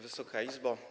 Wysoka Izbo!